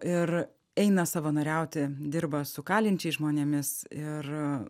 ir eina savanoriauti dirba su kalinčiais žmonėmis ir